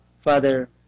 father